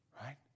Right